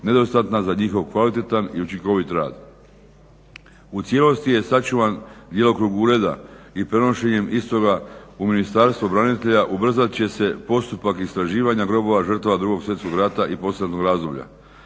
nedostatna za njihov kvalitetan i učinkovit rad. U cijelosti je sačuvan djelokrug ureda i prenošenjem istoga u Ministarstvo branitelja ubrzat će se postupak istraživanja grobova žrtava 2. svjetskog rata i poslijeratnog razdoblja.